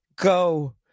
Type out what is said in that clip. Go